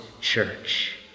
church